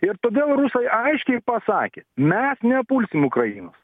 ir todėl rusai aiškiai pasakė mes nepulsim ukrainos